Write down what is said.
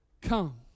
come